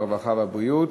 הרווחה והבריאות.